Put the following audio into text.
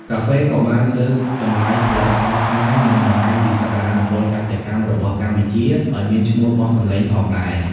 កាហ្វេក៏បាន លើកតម្លៃផលិតផលខ្មែរ និងបង្ហាញពីសក្តានុពលកសិកម្មរបស់កម្ពុជាឱ្យមានឈ្មោះបោះសំឡេងផងដែរ។